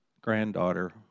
granddaughter